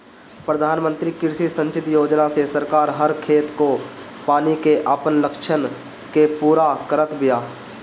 प्रधानमंत्री कृषि संचित योजना से सरकार हर खेत को पानी के आपन लक्ष्य के पूरा करत बिया